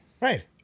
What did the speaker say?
Right